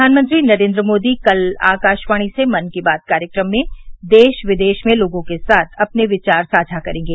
प्रधानमंत्री नरेन्द्र मोदी कल आकाशवाणी से मन की बात कार्यक्रम में देश विदेश में लोगों के साथ अपने विचार साझा करेंगे